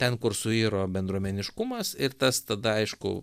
ten kur suiro bendruomeniškumas ir tas tada aišku